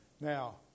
Now